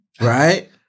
right